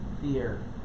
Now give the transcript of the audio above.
fear